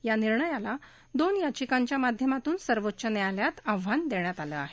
या निर्णयाला दोन याचिकांच्या माध्यमातून सर्वोच्च न्यायालयात आव्हान देण्यात आलं आहे